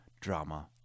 Drama